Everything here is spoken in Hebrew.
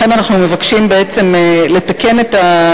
לכן, בעצם, אנחנו מבקשים לתקן את התיקון,